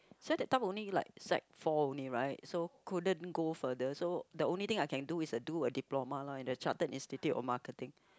so that time only like Sec four only right so couldn't go further so the only thing I can do is do a diploma lor in a Chartered Institute of Marketing